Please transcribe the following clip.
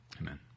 Amen